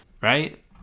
Right